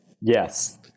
Yes